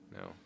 No